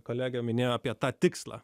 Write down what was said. kolega minėjo apie tą tikslą